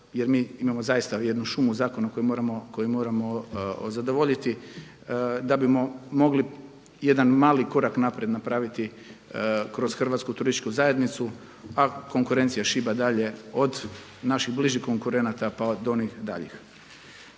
jer mi imamo zaista jednu šumu zakona koju moramo zadovoljiti da bismo mogli jedan mali korak naprijed napraviti kroz Hrvatsku turističku zajednicu a konkurencija šiba dalje od naših bližih konkurenata pa do onih daljih.